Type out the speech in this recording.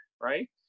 right